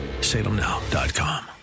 Salemnow.com